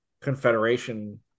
confederation